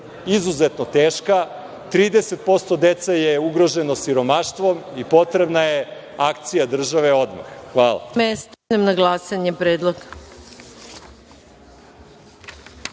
izuzetno teška, 30% dece je ugroženo siromaštvom i potrebna je akcija države odmah. Hvala.